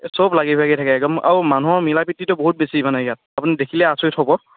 চব লাগি ভাগি থাকে একদম আৰু মানুহৰ মিলা প্ৰীতিটো বহুত বেছি মানে ইয়াত আপুনি দেখিলে আচৰিত হ'ব